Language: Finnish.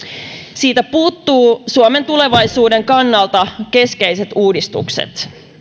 siitä puuttuvat suomen tulevaisuuden kannalta keskeiset uudistukset